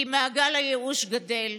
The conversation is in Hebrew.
כי מעגל הייאוש גדל,